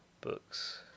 books